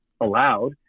allowed